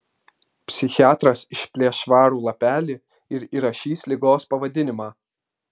psichiatras išplėš švarų lapelį ir įrašys ligos pavadinimą